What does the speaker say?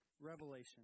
revelation